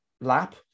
lap